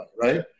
right